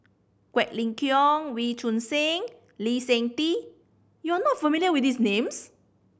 Quek Ling Kiong Wee Choon Seng Lee Seng Tee you are not familiar with these names